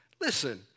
Listen